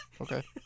okay